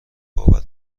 باور